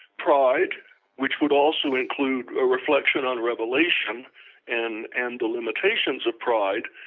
pride which would also include a reflection on revelation and and the limitations of pride,